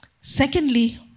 Secondly